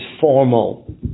formal